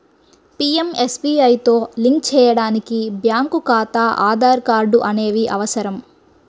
పీయంఎస్బీఐతో లింక్ చేయడానికి బ్యేంకు ఖాతా, ఆధార్ కార్డ్ అనేవి అవసరం